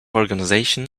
organization